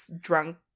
drunk